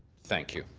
thank you.